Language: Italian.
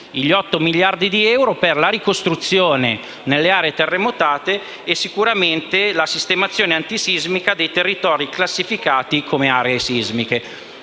gli 8 miliardi di euro vengano spesi per la ricostruzione nelle aree terremotate e la sistemazione antisismica dei territori classificati come aree sismiche.